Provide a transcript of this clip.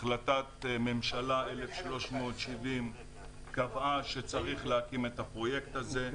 החלטת ממשלה 1370 קבעה שצריך להקים את הפרויקט הזה.